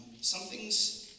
Something's